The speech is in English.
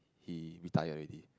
he retired already